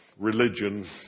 religion